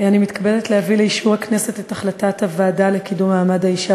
אני מתכבדת להביא לאישור הכנסת את החלטת הוועדה לקידום מעמד האישה